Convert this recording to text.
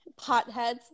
Potheads